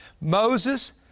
Moses